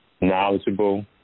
knowledgeable